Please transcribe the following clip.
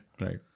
Right